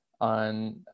on